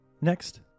Next